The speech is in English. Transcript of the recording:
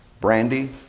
Brandy